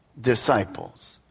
disciples